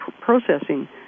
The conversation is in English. processing